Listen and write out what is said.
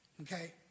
okay